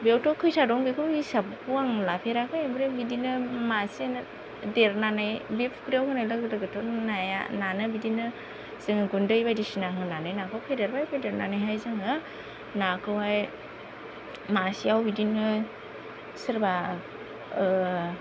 सोरबा ओ बेयावथ' खैथा दं बेखौ हिसाबखौ आं लाफेराखै ओमफ्राय बिदिनो मासेनो देरनानै बे फुख्रियाव होनाय लोगो लोगोथ' नाया नानो बिदिनो जोङो गुन्दै बायदिसिना होनानै नाखौ फेदेरबाय फेदेरनानैहाय जोङो नाखौहाय मासेआव बिदिनो सोरबा